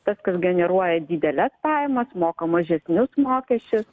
tas kas generuoja dideles pajamas moka mažesnius mokesčius